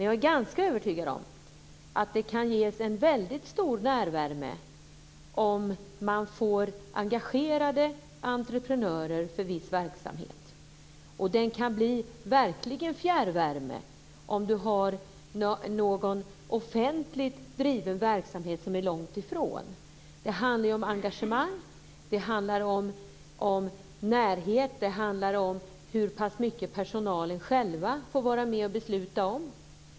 Jag är ganska övertygad om att det kan ges en väldigt stor närvärme om man får engagerade entreprenörer för viss verksamhet, och den kan verkligen bli fjärrvärme om man har en offentligt driven verksamhet som är långt ifrån. Det handlar om engagemang, om närhet och om hur pass mycket personalen själv får vara med och besluta om.